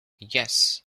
yes